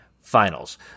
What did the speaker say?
finals